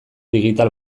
digital